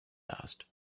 asked